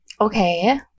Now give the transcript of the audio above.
Okay